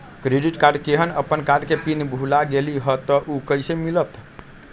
Credit card केहन अपन card के पिन भुला गेलि ह त उ कईसे मिलत?